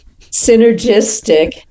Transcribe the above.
synergistic